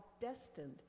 destined